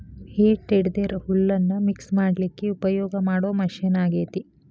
ಹೇ tedder ಹುಲ್ಲನ್ನ mix ಮಾಡ್ಲಿಕ್ಕೆ ಉಪಯೋಗ ಮಾಡೋ ಮಷೇನ್ ಆಗೇತಿ